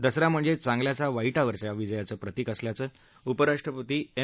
दसरा म्हणजे चांगल्याचा वाईटावरच्या विजयाचं प्रतिक असल्याचं उपराष्ट्रपती एम